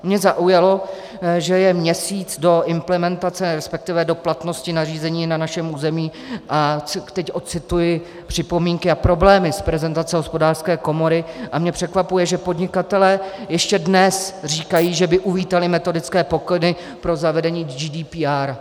Mě zaujalo, že je měsíc do implementace, respektive do platnosti nařízení na našem území, a teď ocituji připomínky a problémy z prezentace Hospodářské komory, mě překvapuje, že podnikatelé ještě dnes říkají, že by uvítali metodické pokyny pro zavedení GDPR.